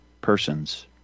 persons